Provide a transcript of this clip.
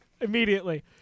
Immediately